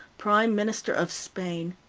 prime minister of spain.